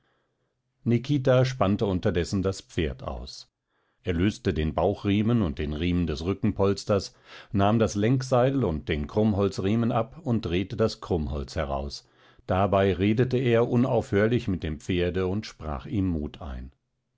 nikita spannte unterdessen das pferd aus er löste den bauchriemen und den riemen des rückenpolsters nahm das lenkseil und den krummholzriemen ab und drehte das krummholz heraus dabei redete er unaufhörlich mit dem pferde und sprach ihm mut ein